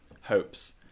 hopes